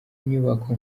inyubako